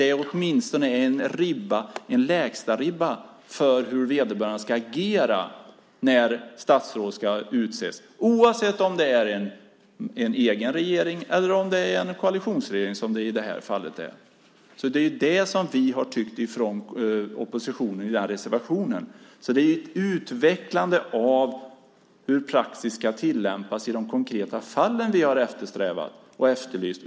Det ska åtminstone vara en lägstaribba för hur vederbörande ska agera när statsråd ska utses, oavsett om det är en egen regering eller en koalitionsregering - som det är i det här fallet. Det är vad vi i oppositionen ger uttryck för i reservationen. Det gäller utvecklande av hur praxis ska tillämpas i de konkreta fallen vi har eftersträvat och efterlyst.